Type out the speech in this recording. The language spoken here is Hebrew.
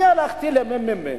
אני הלכתי לממ"מ,